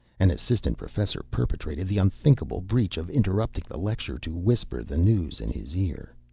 an assistant professor perpetrated the unthinkable breach of interrupting the lecture to whisper the news in his ear.